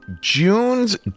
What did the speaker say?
June's